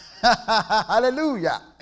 Hallelujah